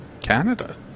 Canada